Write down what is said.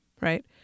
right